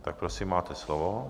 Tak prosím, máte slovo.